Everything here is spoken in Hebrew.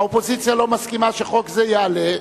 האופוזיציה לא מסכימה שחוק זה יעלה.